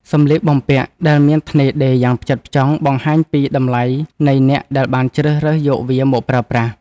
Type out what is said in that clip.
សម្លៀកបំពាក់ដែលមានថ្នេរដេរយ៉ាងផ្ចិតផ្ចង់បង្ហាញពីតម្លៃនៃអ្នកដែលបានជ្រើសរើសយកវាមកប្រើប្រាស់។